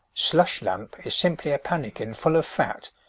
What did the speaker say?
slush lamp is simply a pannikin full of fat,